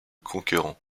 conquérant